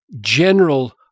general